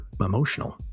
emotional